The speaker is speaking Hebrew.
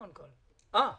אבל צריך